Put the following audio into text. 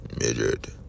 midget